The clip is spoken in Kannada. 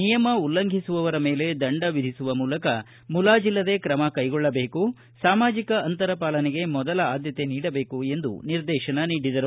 ನಿಯಮ ಉಲ್ಲಂಘಿಸುವವರ ಮೇಲೆ ದಂಡ ವಿಧಿಸುವ ಮೂಲಕ ಮುಲಾಜಿಲ್ಲದೇ ಕ್ರಮ ಕೈಗೊಳ್ಳಬೇಕು ಸಾಮಾಜಿಕ ಅಂತರ ಪಾಲನೆಗೆ ಮೊದಲ ಆದ್ನತೆ ನೀಡಬೇಕು ಎಂದು ನಿರ್ದೇಶನ ನೀಡಿದರು